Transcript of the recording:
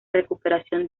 recuperación